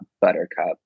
Buttercup